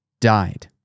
died